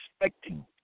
expecting